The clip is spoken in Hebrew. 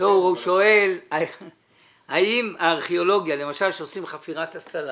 הוא שואל האם כאשר עושים חפירת הצלה